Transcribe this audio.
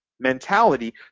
mentality